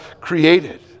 created